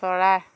চৰাই